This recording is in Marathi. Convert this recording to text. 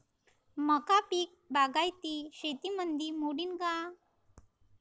मका पीक बागायती शेतीमंदी मोडीन का?